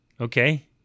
Okay